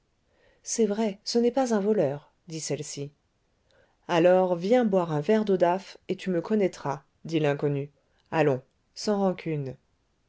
c'est vrai ce n'est pas un voleur dit celle-ci alors viens boire un verre d'eau d'aff et tu me connaîtras dit l'inconnu allons sans rancune